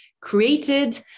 created